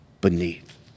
beneath